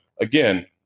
again